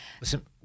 Listen